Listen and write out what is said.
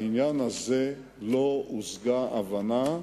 בעניין הזה לא הושגה הבנה,